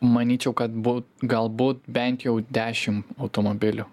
manyčiau kad būt galbūt bent jau dešim automobilių